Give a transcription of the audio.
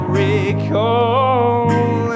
recall